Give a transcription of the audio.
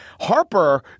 Harper